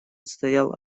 стоял